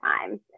time